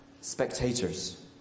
spectators